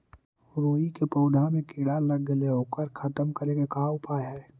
राई के पौधा में किड़ा लग गेले हे ओकर खत्म करे के का उपाय है?